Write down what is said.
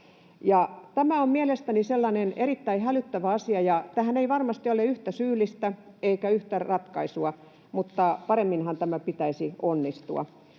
Tämä on mielestäni sellainen erittäin hälyttävä asia, ja tähän ei varmasti ole yhtä syyllistä eikä yhtä ratkaisua, mutta paremminhan tämän pitäisi onnistua.